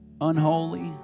unholy